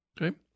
Okay